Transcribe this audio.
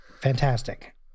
Fantastic